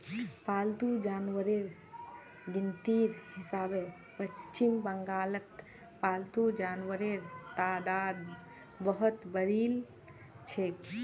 पालतू जानवरेर गिनतीर हिसाबे पश्चिम बंगालत पालतू जानवरेर तादाद बहुत बढ़िलछेक